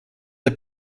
der